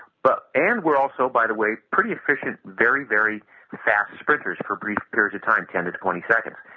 but and we are also by the way pretty efficient very very fast sprinters for brief periods of time ten to twenty seconds,